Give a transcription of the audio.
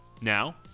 Now